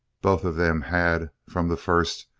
both of them had, from the first,